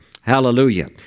Hallelujah